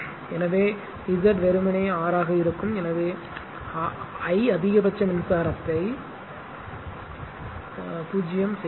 எனவே Z வெறுமனே R ஆக இருக்கும் எனவே I அதிகபட்ச மின்சாரத்தை 0 செய்கிறேன்